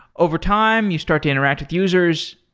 overtime, you start to interact with users.